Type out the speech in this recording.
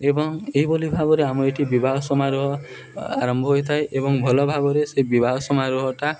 ଏବଂ ଏହିଭଲି ଭାବରେ ଆମର ଏଠି ବିବାହ ସମାରୋହ ଆରମ୍ଭ ହୋଇଥାଏ ଏବଂ ଭଲ ଭାବରେ ସେ ବିବାହ ସମାରୋହଟା